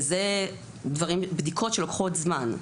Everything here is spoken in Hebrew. וזה בדיקות שלוקחות זמן.